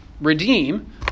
redeem